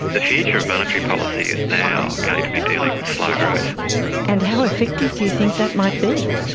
the future of monetary policy is now going to be dealing with slow growth and how effective do you think that might be?